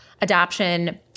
adoption